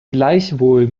gleichwohl